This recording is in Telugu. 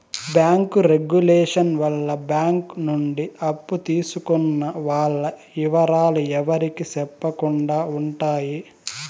బ్యాంకు రెగులేషన్ వల్ల బ్యాంక్ నుండి అప్పు తీసుకున్న వాల్ల ఇవరాలు ఎవరికి సెప్పకుండా ఉంటాయి